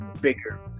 bigger